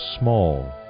small